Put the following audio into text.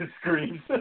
screams